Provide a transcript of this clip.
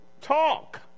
talk